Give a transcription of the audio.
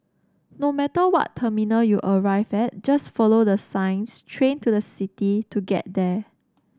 no matter what terminal you arrive at just follow the signs train to the city to get there